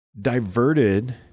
diverted